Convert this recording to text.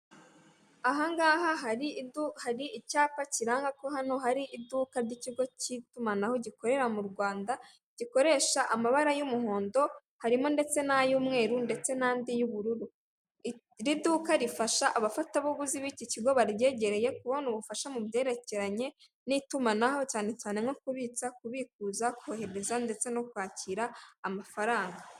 Ahangaha hari icyapa kiranga ko hano hari iduka ry'ikigo cy'itumanaho gikorera mu rwanda gikoresha amabara y'umuhondo harimo ndetse n'ay'umweru ndetse n'andi y'ubururu; iri duka rifasha abafatabuguzi b'iki kigo baryegereye kubona ubufasha mu byerekeranye n'itumanaho cyane cyane nko kubitsa, kubikuza, kohereza ndetse no kwakira amafaranga.